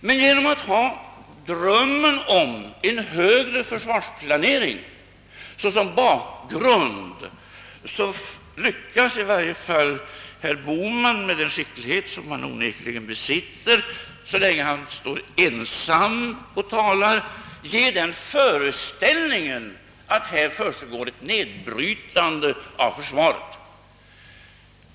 Men genom att drömma om en högre försvarsplanering som bakgrund lyckas i varje fall herr Bohman, med den skicklighet som han onekligen besitter så länge som han står ensam och talar, ge folk föreställningen att det här försiggår ett nedbrytande av försvaret.